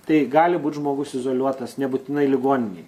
tai gali būt žmogus izoliuotas nebūtinai ligoninėj